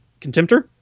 Contemptor